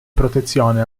protezione